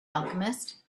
alchemist